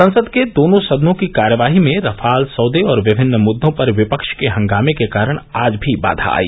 संसद के दोनों सदनों की कार्यवाही में रफाल सौदे और विभिन्न मुद्दों पर विपक्ष के हंगामे के कारण आज भी बाधा आई